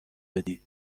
بدی